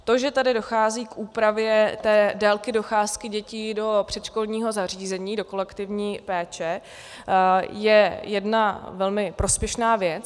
To, že tady dochází k úpravě délky docházky dětí do předškolního zařízení, do kolektivní péče, je jedna velmi prospěšná věc.